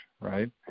right